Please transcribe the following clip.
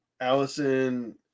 Allison